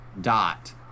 dot